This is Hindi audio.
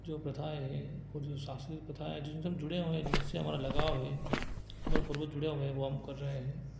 जो प्रथाएँ हैं और जो सांस्कृतिक प्रथाएँ हैं जिनसे हम जुड़े हुए हैं जिनसे हमारा लगाव है हमारे पूर्वज जुड़े हुए हैं वह हम कर रहे हैं